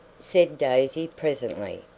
said daisy presently.